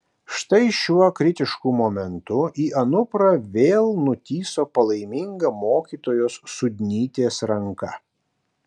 štai šiuo kritišku momentu į anuprą vėl nutįso palaiminga mokytojos sudnytės ranka